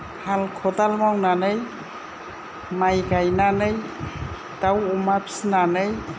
हाल खदाल मावनानै माइ गायनानै दाउ अमा फिसिनानै